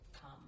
come